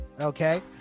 okay